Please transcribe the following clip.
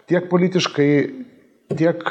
tiek politiškai tiek